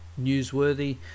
newsworthy